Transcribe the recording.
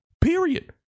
period